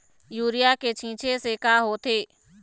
Urea के छींचे से का होथे?